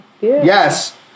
Yes